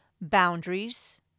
boundaries